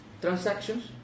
transactions